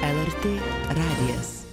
lrt radijas